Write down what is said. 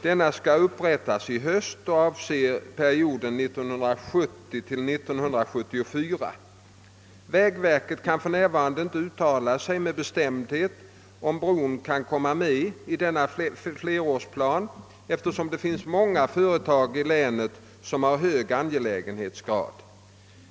Denna skall upprättas i höst och avse perioden 1970— 1974 .Vägverket kan för närvarande inte uttala sig med bestämdhet om huruvida bron kan komma med i denna flerårsplan, eftersom det finns många företag i länet som har hög angelägenhetsgrad.